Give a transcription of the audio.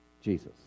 Jesus